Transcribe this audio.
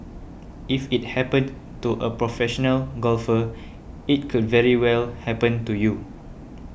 if it happened to a professional golfer it could very well happen to you